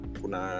kuna